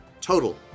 total